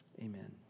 Amen